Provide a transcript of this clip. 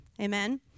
Amen